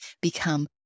become